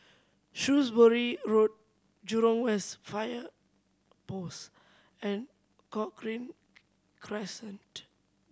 Shrewsbury Road Jurong West Fire Post and Cochrane Crescent